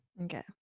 Okay